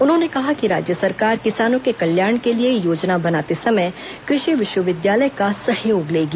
उन्होंने कहा कि राज्य सरकार किसानों के कल्याण के लिए योजना बनाते समय कृषि विश्वविद्यालय का सहयोग लेगी